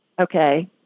Okay